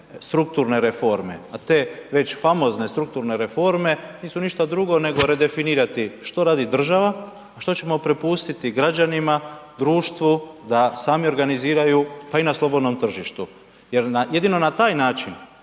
strukturne reforme a te već famozne strukturne reforme nisu ništa drugo nego redefinirati što radi država a što ćemo prepustiti građanima, društvu da sami organiziraju pa i na slobodnom tržištu. Jer jedino na taj način